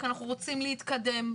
כי אנחנו רוצים להתקדם.